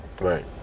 right